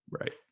Right